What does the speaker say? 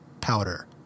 powder